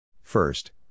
First